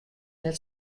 net